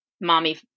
Mommy